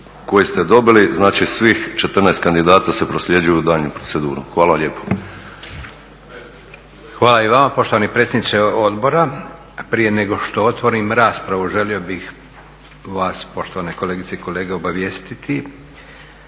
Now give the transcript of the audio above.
koji ste dobili, znači svih 14 kandidata se prosljeđuje u daljnju proceduru. Hvala lijepo. **Leko, Josip (SDP)** Hvala i vama poštovani predsjedniče Odbora. Prije nego što otvorim raspravu, želio bih vas poštovane kolegice i kolege obavijestiti